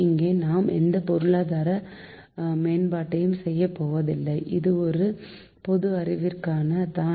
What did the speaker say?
இங்கே நாம் எந்த பொருளாதார மேம்பாட்டையும் செய்யப்போவதில்லை இது ஒரு பொது அறிவுக்காகத்தான்